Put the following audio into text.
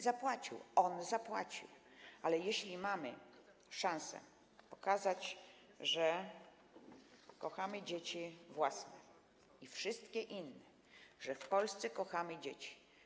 Zapłacił, on zapłacił, ale mamy szansę pokazać, że kochamy dzieci własne i wszystkie inne, że w Polsce kochamy dzieci.